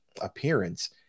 appearance